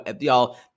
y'all